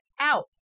out